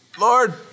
Lord